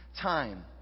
time